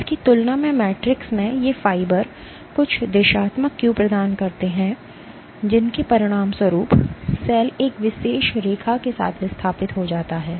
इसकी तुलना में मैट्रिक्स में ये फाइबर कुछ दिशात्मक क्यू प्रदान करते हैं जिसके परिणामस्वरूप सेल एक विशेष रेखा के साथ विस्थापित हो जाता है